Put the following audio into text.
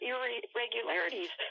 Irregularities